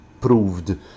proved